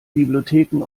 bibliotheken